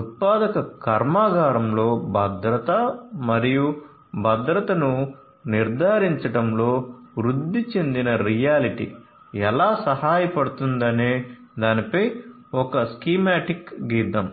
ఉత్పాదక కర్మాగారంలో భద్రత మరియు భద్రతను నిర్ధారించడంలో వృద్ధి చెందిన రియాలిటీ ఎలా సహాయపడుతుందనే దానిపై ఒక స్కీమాటిక్ గీధ్ధాం